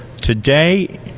Today